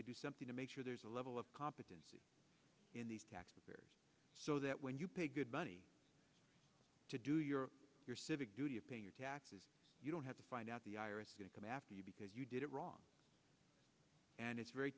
to do something to make sure there's a level of competency in these tax payers so that when you pay good money to do your your civic duty of paying your taxes you don't have to find out the i r s can come after you because you did it wrong and it's very